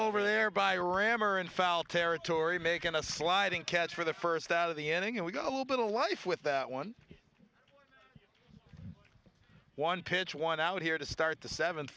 over there by ram or in foul territory making a sliding catch for the first out of the ending and we got a little bit of a life with that one one pitch went out here to start the seventh